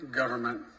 government